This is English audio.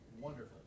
wonderful